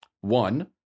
One